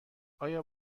آیا